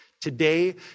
Today